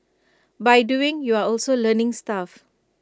by doing you're also learning stuff